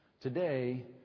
today